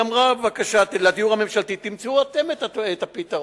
היא אמרה לדיור הממשלתי: בבקשה תמצאו אתם את הפתרון.